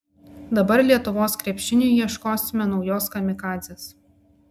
dabar lietuvos krepšiniui ieškosime naujos kamikadzės